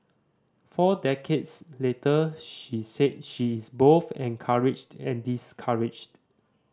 four decades later she said she is both encouraged and discouraged